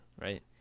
right